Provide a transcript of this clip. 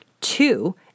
two